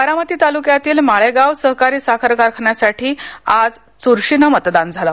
बारामती तालुक्यातील माळेगाव सहकारी साखर कारखान्यासाठी आज चूरशीने मतदान झालं